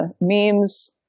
memes